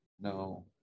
no